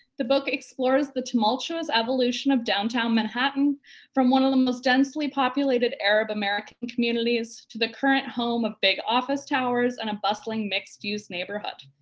the book explores the tumultuous evolution of downtown manhattan from one of the most densely populated arab-american communities to the current home of big office towers, and a bustling mixed use neighborhood.